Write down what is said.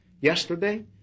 Yesterday